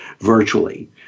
virtually